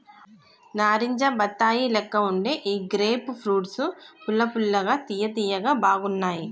నారింజ బత్తాయి లెక్క వుండే ఈ గ్రేప్ ఫ్రూట్స్ పుల్ల పుల్లగా తియ్య తియ్యగా బాగున్నాయ్